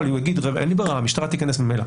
אבל הוא יגיד: אין לי ברירה, המשטרה תיכנס ממליא.